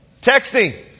Texting